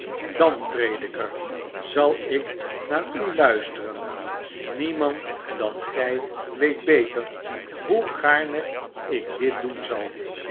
dan prediker zal ik naar u luisteren niemand dan gy weet beter hoe gaarne ik dit doen zal